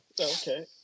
okay